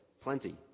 plenty